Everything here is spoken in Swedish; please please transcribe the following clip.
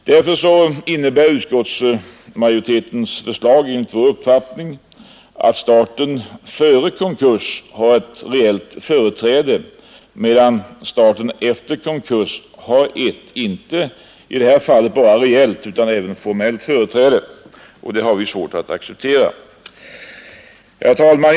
Därför innebär utskottsmajoritetens förslag enligt vår uppfattning att staten före konkurs får ett reellt företräde, medan staten efter konkurs har ett i detta fall inte bara reellt utan även formellt företräde, vilket vi har svårt att acceptera. Herr talman!